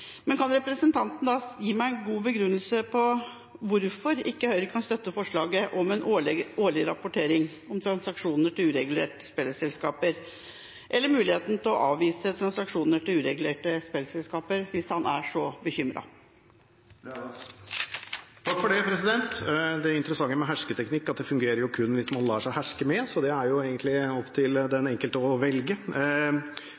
Men kan representanten da gi meg en god begrunnelse for hvorfor Høyre ikke kan støtte forslaget om årlig rapportering om transaksjoner til uregulerte spillselskaper, eller muligheten til å avvise transaksjoner til uregulerte spillselskaper, hvis han er så bekymret? Det interessante med hersketeknikker er at de kun fungerer hvis man lar seg herske med. Så det er jo egentlig opp til